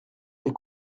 les